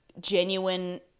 genuine